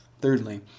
Thirdly